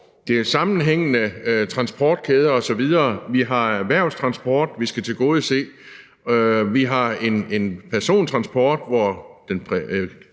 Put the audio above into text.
er sammenhængende transportkæder osv. Vi har erhvervstransport, som vi skal tilgodese. Vi har en persontransport, hvor